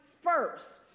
first